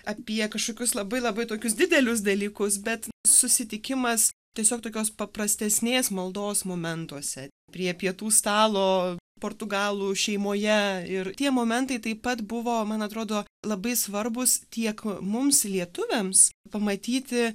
apie kažkokius labai labai tokius didelius dalykus bet susitikimas tiesiog tokios paprastesnės maldos momentuose prie pietų stalo portugalų šeimoje ir tie momentai taip pat buvo man atrodo labai svarbūs tiek mums lietuviams pamatyti